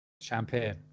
Champagne